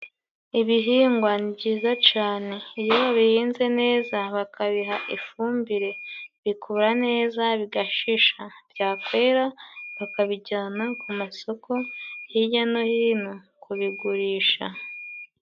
Ibihingwa ni byiza cane. Iyo bihinze neza bakabiha ifumbire bikura neza bigashisha, byakwera bakabijana ku masoko hirya no hino kubigurisha.